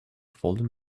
fallen